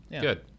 Good